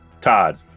Todd